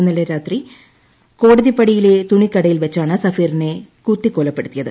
ഇന്നലെ രാത്രി കോട്ടതിപ്പടിയിലെ തുണിക്കടയിൽ വച്ചാണ് സഫീറിനെ കുത്തികൊലപ്പെടുത്തിയത്